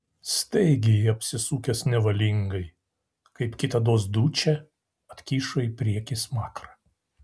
staigiai apsisukęs nevalingai kaip kitados dučė atkišo į priekį smakrą